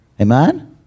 Amen